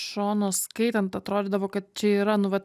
šono skaitant atrodydavo kad čia yra nu vat